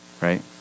Right